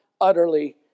utterly